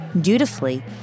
Dutifully